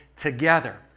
together